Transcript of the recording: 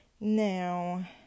now